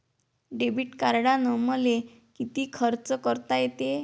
Debit कार्डानं मले किती खर्च करता येते?